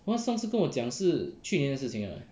他上次跟我讲是去年的事情了 eh